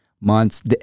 months